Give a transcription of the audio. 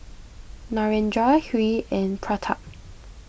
Narendra Hri and Pratap